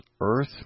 earth